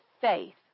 faith